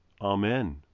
Amen